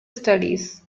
studies